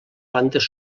plantes